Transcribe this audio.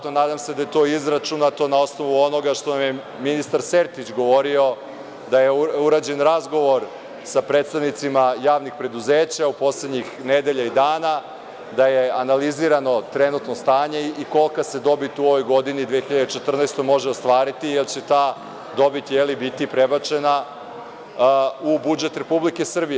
Nadam se da je to izračunato na osnovu onoga što nam je ministar Sertić govorio, da je urađen razgovor sa predstavnicima javnih preduzeća poslednjih nedelja i dana, da je analizirano trenutno stanje i kolika se dobit u ovoj 2014. godini može ostvariti, jer će ta dobit biti prebačena u budžet Republike Srbije.